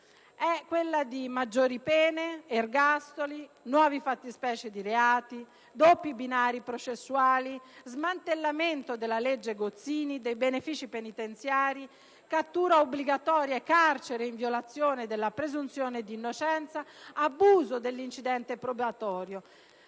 consiste in maggiori pene, ergastoli, nuove fattispecie di reati, doppi binari processuali, smantellamento della legge Gozzini e dei benefici penitenziari, cattura obbligatoria e carcere in violazione della presunzione di innocenza e abuso dell'incidente probatorio.